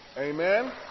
Amen